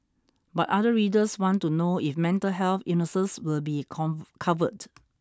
but other readers want to know if mental health illnesses will be come covered